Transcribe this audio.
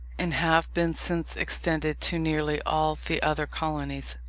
and have been since extended to nearly all the other colonies,